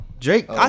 Drake